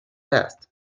last